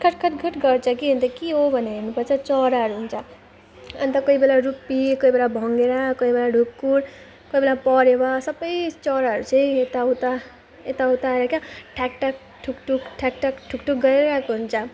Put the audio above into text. खट्खट्खट्खट् गर्छ कि अन्त के हो भनेर हेर्नुपर्छ चराहरू हुन्छ अन्त कोही बेला रुप्पी कोही बेला भङ्गेरा कोही बेला ढुकुर कोही बेला परेवा सबै चराहरू चाहिँ यताउता यताउता आएर क्या ठ्याक्ठ्याक् ठुक्ठुक् ठ्याक्ठ्याक् ठुक्ठुक् गरिरहेको हुन्छ